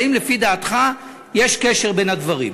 האם לפי דעתך יש קשר בין הדברים?